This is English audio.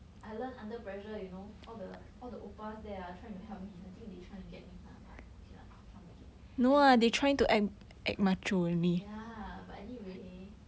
I learnt under pressure you know all the all the oppas there ah trying to help me I think they trying to get me lah but okay lah cannot make it anyway ya but anyway